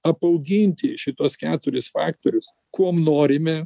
apauginti šituos keturis faktorius kuom norime